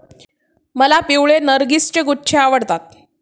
मला पिवळे नर्गिसचे गुच्छे आवडतात